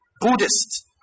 Buddhist